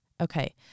okay